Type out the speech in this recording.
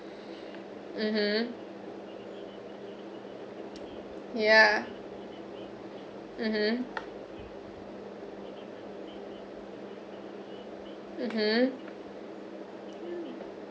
mmhmm yeah mmhmm mmhmm